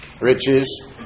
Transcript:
Riches